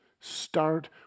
Start